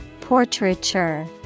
Portraiture